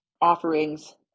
offerings